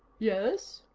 yes?